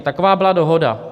Taková byla dohoda.